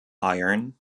iron